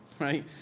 right